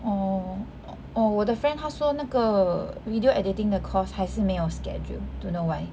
orh orh 我的 friend 他说那个 video editing the course 还是没有 schedule don't know why